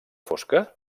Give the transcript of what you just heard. fosca